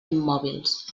immòbils